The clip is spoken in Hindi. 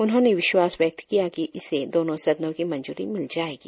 उन्होंने विश्वास व्यक्त किया कि इसे दोनों सदनों की मंजूरी मिल जायेगी